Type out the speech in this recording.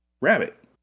rabbit